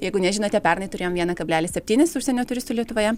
jeigu nežinote pernai turėjom vieną kablelis septynis užsienio turistų lietuvoje